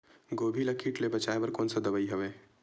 गोभी ल कीट ले बचाय बर कोन सा दवाई हवे?